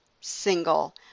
single